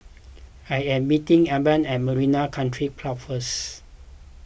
I am meeting Abie at Marina Country Club first